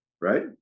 right